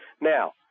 Now